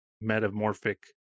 metamorphic